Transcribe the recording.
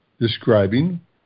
describing